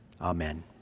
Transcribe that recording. amen